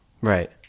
Right